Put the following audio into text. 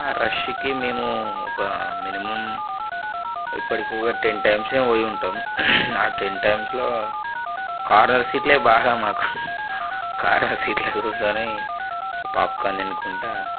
ఆ రష్కి మేము ఒక మినిమం ఇప్పటికీ ఒక టెన్ టైమ్స్ ఏమో పోయి ఉంటాం ఆ టెన్ టైమ్స్లో కార్నర్ సీట్లే బాగా మాకు కార్నర్ సీట్లో కూర్చుని పాప్కార్న్ తినుకుంటా